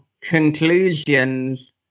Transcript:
conclusions